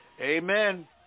Amen